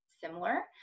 similar